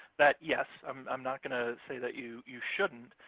that, yes, i'm not gonna say that you you shouldn't,